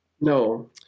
No